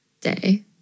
Day